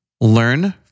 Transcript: learn